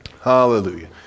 Hallelujah